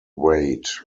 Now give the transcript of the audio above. was